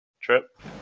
Trip